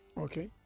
Okay